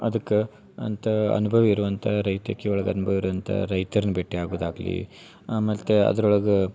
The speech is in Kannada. ಅದಕ್ಕೆ ಅಂಥಾ ಅನ್ಭವಿ ಇರುವಂಥ ರೈತಕಿ ಒಳಗೆ ಅನ್ಭವ ಇರುವಂಥ ರೈತರ್ನ ಭೇಟಿ ಆಗೋದು ಆಗಲಿ ಮತ್ತು ಅದ್ರೊಳ್ಗೆ